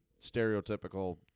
stereotypical